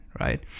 right